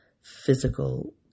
physical